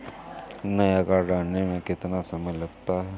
नया कार्ड आने में कितना समय लगता है?